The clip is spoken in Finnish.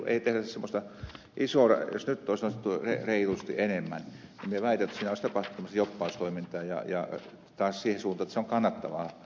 jos nyt olisi nostettu reilusti enemmän niin minä väitän että siinä olisi tapahtunut semmoista jobbaustoimintaa ja taas siihen suuntaan että se on kannattavaa toimintaa